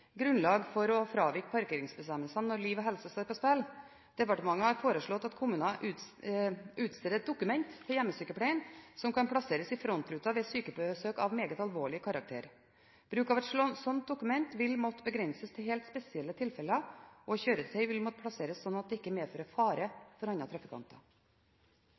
grunnlag for å fravike parkeringsbestemmelsene når liv og helse står på spill. Departementet har foreslått at kommunen utsteder et dokument til hjemmesykepleiere som kan plasseres i frontruten ved sykebesøk av meget alvorlig karakter. Bruk av et slikt dokument vil måtte begrenses til helt spesielle tilfeller, og kjøretøy vil måtte plasseres slik at det ikke medfører fare for andre trafikanter.